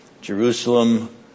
Jerusalem